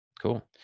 cool